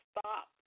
Stop